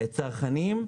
צרכנים,